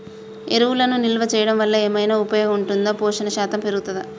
ఎరువులను నిల్వ చేయడం వల్ల ఏమైనా ఉపయోగం ఉంటుందా పోషణ శాతం పెరుగుతదా?